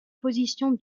position